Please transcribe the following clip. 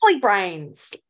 Brains